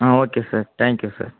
ah okay sir thank you sir